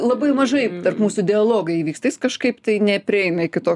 labai mažai tarp mūsų dialogai įvyksta jis kažkaip tai neprieina iki to